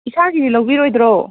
ꯏꯁꯥꯒꯤꯗꯤ ꯂꯧꯕꯤꯔꯣꯏꯗ꯭ꯔꯣ